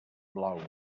blaus